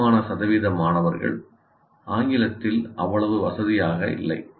கணிசமான சதவீத மாணவர்கள் ஆங்கிலத்தில் அவ்வளவு வசதியாக இல்லை